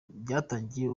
byatangiye